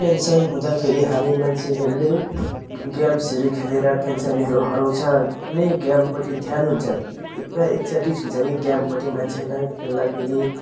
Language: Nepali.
टेन्सन हुँदाखेरि हामी मान्छेहरूले गेम्सहरू खेलेर टेन्सनहरू हराउँछ कुनै गेमपट्टि ध्यान हुन्छ ए ए पुरा एक्साइटेड हुन्छ कि गेमपटि मान्छेलाई खेल्दाखेरि